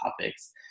topics